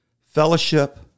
fellowship